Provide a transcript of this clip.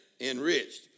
enriched